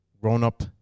grown-up